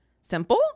simple